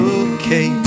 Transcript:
okay